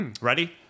Ready